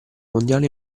mondiale